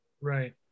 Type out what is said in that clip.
Right